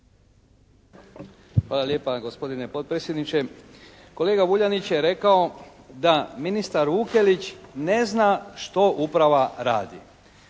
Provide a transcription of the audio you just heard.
Hvala lijepa gospodine potpredsjedniče. Kolega Vuljanić je rekao da ministar Vukelić ne zna što uprava radi.